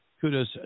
kudos